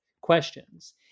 questions